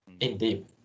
Indeed